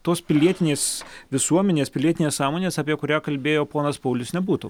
tos pilietinės visuomenės pilietinės sąmonės apie kurią kalbėjo ponas paulius nebūtų